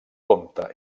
comte